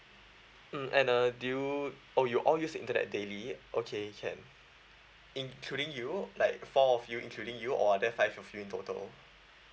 mm and uh do you oh you all using that daily uh okay can including you like four of you including you or are there five of you in total